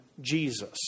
Jesus